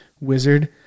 Wizard